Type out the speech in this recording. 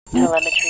Telemetry